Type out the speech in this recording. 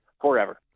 forever